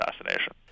assassination